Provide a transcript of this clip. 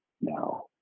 now